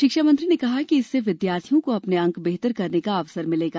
शिक्षा मंत्री ने कहा कि इससे विद्यार्थियों को अपने अंक बेहतर करने का अवसर मिलेगा